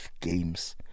games